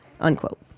unquote